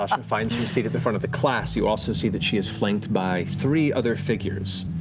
um finds her seat at the front of the class, you also see that she is flanked by three other figures.